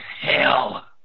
hell